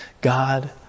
God